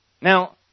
Now